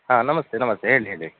ಹಾಂ ನಮಸ್ತೆ ನಮಸ್ತೆ ಏನು ಹೇಳಿ